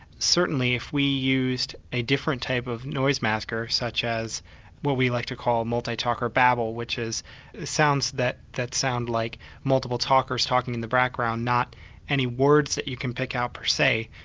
certainly if we used a different type of noise masker such as what we like to call multi talker babble, which is sounds that that sound like multiple talkers talking in the background, not any words that you can pick up per se,